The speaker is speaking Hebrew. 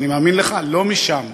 אני מאמין לך, לא משם.